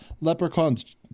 leprechauns